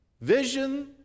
vision